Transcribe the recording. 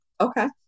Okay